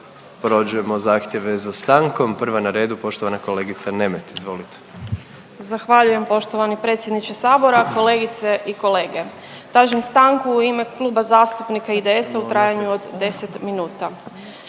prođemo zahtjeve za stankom. Prva na redu poštovana kolegica Nemet, izvolite. **Nemet, Katarina (IDS)** Zahvaljujem poštovani predsjedniče sabora. Kolege i kolege, tražim stanku u ime Kluba zastupnika IDS-a u trajanju od 10 minuta.